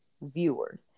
viewers